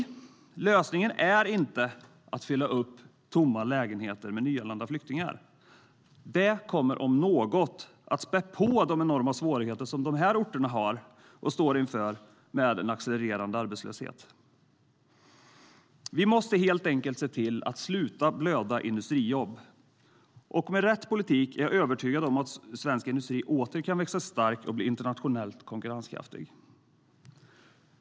Lösningen är inte att fylla upp tomma lägenheter med nyanlända flyktingar. Det kommer om något att späda på de enorma svårigheter dessa orter står inför med en accelererande arbetslöshet. Vi måste helt enkelt se till att sluta blöda industrijobb. Med rätt politik är jag övertygad om att svensk industri åter kan växa sig stark och bli internationellt konkurrenskraftig.